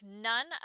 none